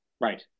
Right